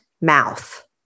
mouth